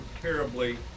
terribly